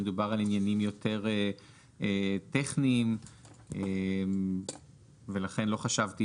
מדובר על עניינים יותר טכניים ולכן לא חשבתי